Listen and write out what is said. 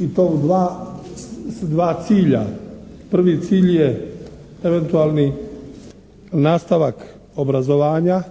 i to u dva cilja. Prvi cilj je eventualni nastavak obrazovanja.